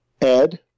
Ed